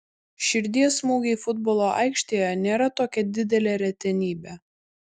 širdies smūgiai futbolo aikštėje nėra tokia didelė retenybė